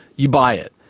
you buy it.